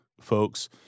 folks